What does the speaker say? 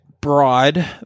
broad